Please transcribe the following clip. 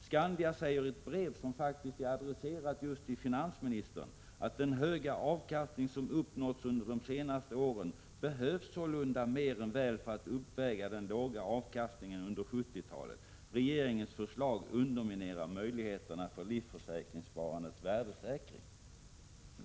Skandia säger i ett brev, som faktiskt är adresserat just till finansministern, att den höga avkastning som uppnåtts under de senaste åren sålunda mer än väl behövs för att uppväga den låga avkastningen under 1970-talet. Regeringens förslag underminerar möjligheterna för livförsäkringssparandets värdesäkring.